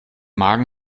magen